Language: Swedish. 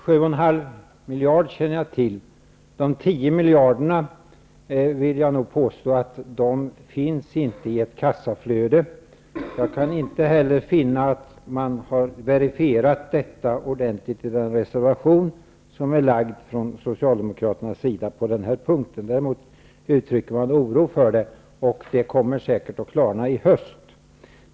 Herr talman! Jag känner till de 7,5 miljarderna, men jag vill nog påstå att de 10 miljarderna inte finns i ett kassaflöde. Jag kan heller inte finna att man har verifierat detta ordentligt i den reservation som avgetts från Socialdemokraterna på den här punkten. Däremot uttrycker man oro för detta. Det kommer säkert att klarna i höst.